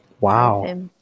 Wow